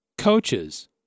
coaches